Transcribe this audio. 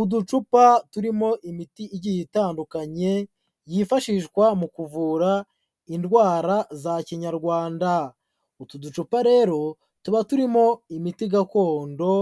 Uducupa turimo imiti igiye itandukanye yifashishwa mu kuvura indwara za Kinyarwanda. Utu ducupa rero tuba turimo imiti gakondo